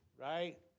right